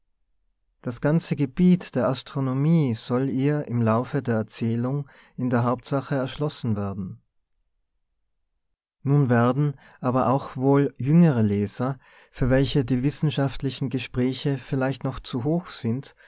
das ganze gebiet der astronomie soll ihr im laufe der erzählung in der hauptsache erschlossen werden nun werden aber auch wohl jüngere leser für welche die wissenschaftlichen gespräche vielleicht noch zu hoch sind